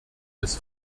des